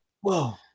Whoa